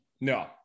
No